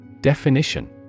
Definition